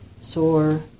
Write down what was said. Sore